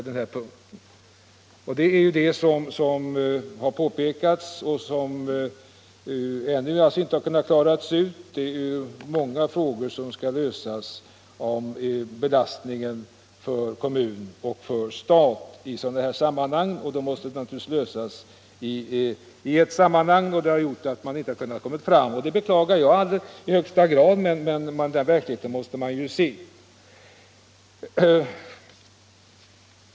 Det är många problem som måste klaras av när det gäller fördelningen av belastningen på staten och kommunerna. Dessa problem måste lösas i ett sammanhang, och det har gjort att man nu inte kunnat lägga fram något förslag på den punkten. Jag beklagar det i allra högsta grad, men den verkligheten måste man acceptera.